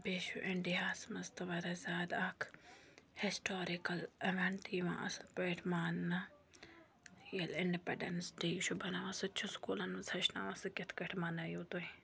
بیٚیہِ چھُ اِنڈیا ہَس منٛز تہٕ واریاہ زیادٕ اکھ ہِسٹارِکَل اِویٚنٛٹ یِوان اصٕل پٲٹھۍ مناونہٕ ییٚلہِ اِنڈِپیٚنڈیٚنٕس ڈے چھُ مناوان سُہ تہِ چھُ سکوٗلَن منٛز ہیٚچھناوان سُہ کِتھ کٲٹھۍ مَنٲیِو تُہۍ